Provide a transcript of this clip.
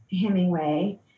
Hemingway